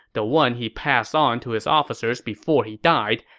the one he passed on to his officers before he died.